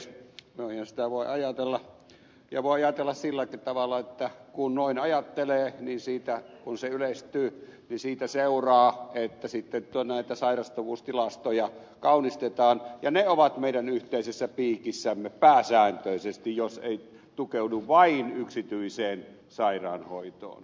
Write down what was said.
noinhan sitä voi ajatella ja voi ajatella silläkin tavalla että kun noin ajattelee niin siitä kun se yleistyy niin siitä seuraa että sitten näitä sairastavuustilastoja kaunistetaan ja ne ovat meidän yhteisessä piikissämme pääsääntöisesti jos ei tukeudu vain yksityiseen sairaanhoitoon